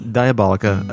diabolica